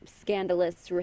scandalous